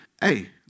hey